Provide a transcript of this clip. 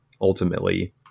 ultimately